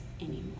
anymore